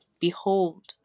Behold